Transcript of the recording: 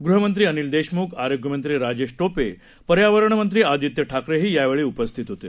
गृहमंत्री अनिल देशमुख आरोग्यमंत्री राजेश टोपे पर्यावरणमंत्री आदित्य ठाकरेही यावेळी उपस्थित होते